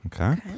Okay